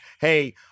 hey